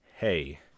Hey